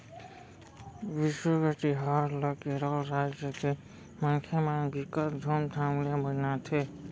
बिसु के तिहार ल केरल राज के मनखे मन बिकट धुमधाम ले मनाथे